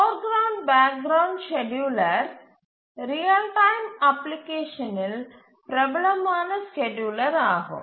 போர் ground background scheduler real time அப்ளிகேஷனில் பிரபலமான scheduler ஆகும்